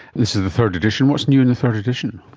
this is the third edition. what's new in the third edition?